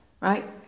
right